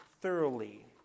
thoroughly